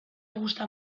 gusta